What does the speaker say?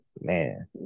man